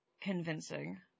convincing